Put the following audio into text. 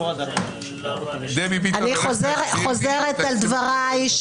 אני חוזרת על דבריי,